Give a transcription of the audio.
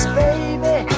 baby